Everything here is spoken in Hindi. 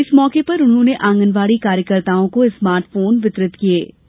इस मौके पर उन्होंने आंगनवाड़ी कार्यकर्ताओं को स्मार्ट फोन वितरित किए गए